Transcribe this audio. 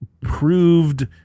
proved